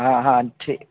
हाँ हाँ ठीक